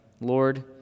Lord